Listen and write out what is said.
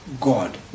God